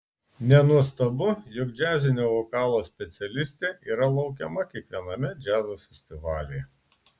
nenuostabu jog džiazinio vokalo specialistė yra laukiama kiekviename džiazo festivalyje